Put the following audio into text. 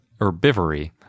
herbivory